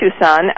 Tucson